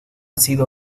sido